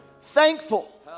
thankful